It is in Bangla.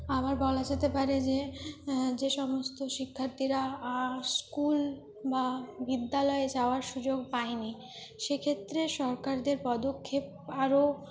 আবার বলা যেতে পারে যে যে সমস্ত শিক্ষার্থীরা স্কুল বা বিদ্যালয় যাওয়ার সুযোগ পায়নি সেক্ষেত্রে সরকারদের পদক্ষেপ আরো